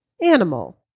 Animal